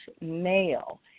male